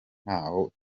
ntaho